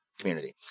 community